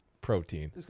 protein